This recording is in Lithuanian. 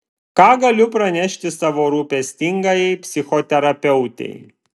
ką galiu pranešti savo rūpestingajai psichoterapeutei